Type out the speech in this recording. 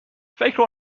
فکر